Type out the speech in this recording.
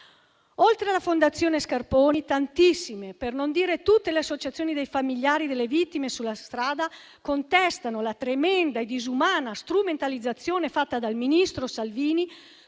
Oltre alla Fondazione Scarponi, tantissime per non dire tutte le associazioni dei familiari delle vittime della strada contestano la tremenda e disumana strumentalizzazione fatta dal ministro Salvini